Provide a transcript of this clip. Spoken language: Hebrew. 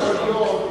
לפני שבועיים.